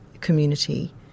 community